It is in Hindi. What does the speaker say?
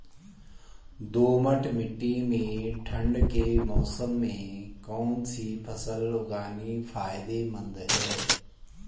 दोमट्ट मिट्टी में ठंड के मौसम में कौन सी फसल उगानी फायदेमंद है?